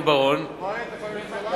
רוני בר-און,